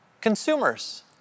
consumers